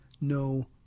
no